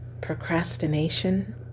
procrastination